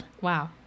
wow